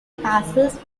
passes